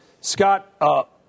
Scott